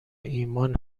ایمان